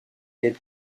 aide